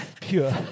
pure